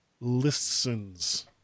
listens